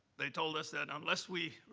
they told us that, unless we